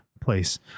place